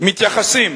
מתייחסים